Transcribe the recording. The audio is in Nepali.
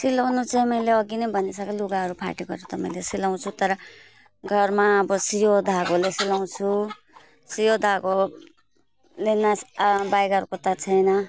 सिलाउनु चाहिँ मैले अघि नै भनिसकेँ लुगाहरू फाटेकोहरू त मैले सिलाउँछु तर घरमा अब यो सियो धागोले सिलाउँछु सियो धागोले नै बेगरको त छैन